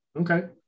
Okay